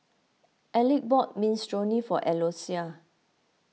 Elick bought Minestrone for Eloisa